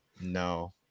No